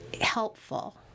helpful